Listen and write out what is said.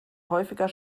häufiger